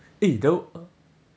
eh the